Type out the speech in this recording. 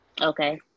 Okay